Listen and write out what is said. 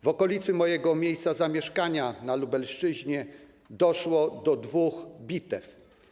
W okolicy mojego miejsca zamieszkania, na Lubelszczyźnie, doszło do dwóch bitew.